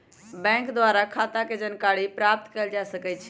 bank द्वारा खता के जानकारी प्राप्त कएल जा सकइ छइ